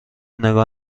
نگاه